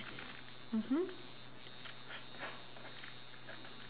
mmhmm